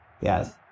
Yes